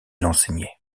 enseignait